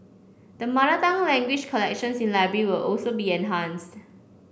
the mother tongue language collections in library will also be enhanced